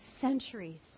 centuries